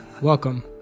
Welcome